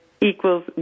equals